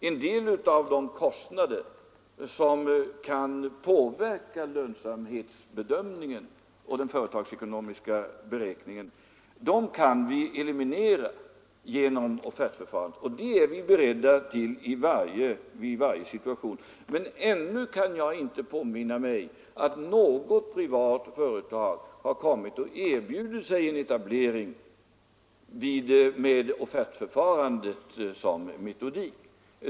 En del av de kostnader som kan påverka lönsamhetsbedömningen och den företagsekonomiska beräkningen kan vi eliminera genom offertförfarandet, och det är vi beredda till i varje situation. Men ännu kan jag inte påminna mig att något privat företag har kommit och erbjudit en etablering med offertförfarandet som metodik.